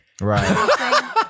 Right